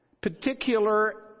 particular